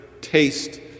taste